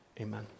amen